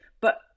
but-